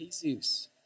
Jesus